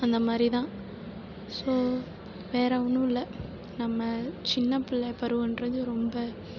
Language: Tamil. அந்த மாதிரி தான் ஸோ வேறே ஒன்றும் இல்லை நம்ம சின்னப் பிள்ள பருவன்றது ரொம்ப